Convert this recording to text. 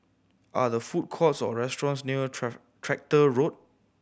are the food courts or restaurants near Tractor Road